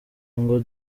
ngo